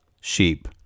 sheep